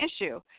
issue